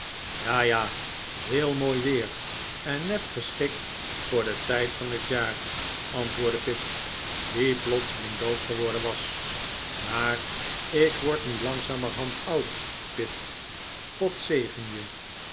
ja ja heel mooi weer en net geschikt voor den tijd van het jaar antwoordde pitt die plotseling doof geworden was maar ik word nu langzamerhand oud pitt god zegen je